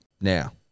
Now